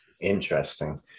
interesting